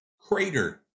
Crater